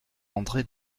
andré